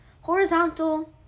horizontal